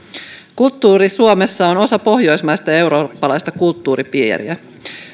kulttuuri suomessa on osa pohjoismaista ja eurooppalaista kulttuuripiiriä